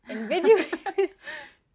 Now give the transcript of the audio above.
Invidious